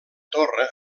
torre